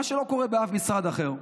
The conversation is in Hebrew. מה שלא קורה באף משרד אחר.